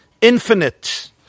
infinite